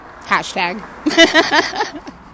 Hashtag